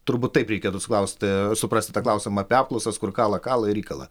turbūt taip reikėtų suklausti suprasti tą klausimą apie apklausas kur kala kala ir įkala